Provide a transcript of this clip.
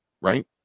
right